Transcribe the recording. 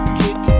kick